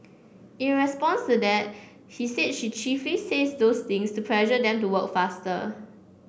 in response to that he said she chiefly says those things to pressure them to work faster